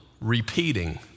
repeating